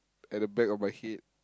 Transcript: at the back of my head